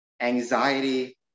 anxiety